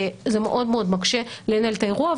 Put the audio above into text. זה מקשה מאוד לנהל את האירוע,